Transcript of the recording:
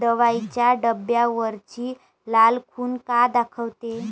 दवाईच्या डब्यावरची लाल खून का दाखवते?